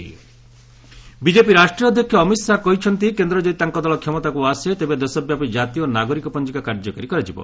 Kolkata Amit Shah BJP ରାଷ୍ଟ୍ରୀୟ ଅଧ୍ୟକ୍ଷ ଅମିତ୍ ଶାହା କହିଚ୍ଚନ୍ତି କେନ୍ଦ୍ରରେ ଯଦି ତାଙ୍କ ଦଳ କ୍ଷମତାକୁ ଆସେ ତେବେ ଦେଶବ୍ୟାପୀ ଜାତୀୟ ନାଗରିକ ପଞ୍ଜିକା କାର୍ଯ୍ୟକାରୀ କରାଯିବ